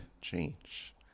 change